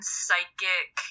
psychic